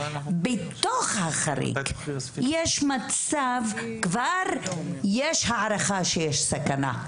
בתוך החריג כבר יש הערכה שיש סכנה.